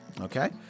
Okay